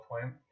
point